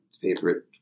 favorite